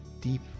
deep